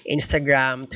Instagram